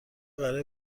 برای